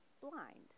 blind